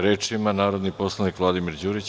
Reč ima narodni poslanik Vladimir Đurić.